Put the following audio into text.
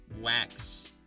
Wax